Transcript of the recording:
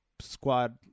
Squad